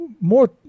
more